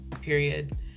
period